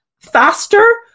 faster